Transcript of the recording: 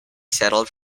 settled